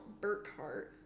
Burkhart